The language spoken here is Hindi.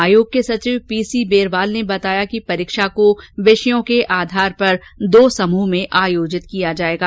आयोग के सचिव पीसी बेरवाल ने बताया कि परीक्षा को विषयों के आधार पर दो समूह में आयोजित किया जाएगा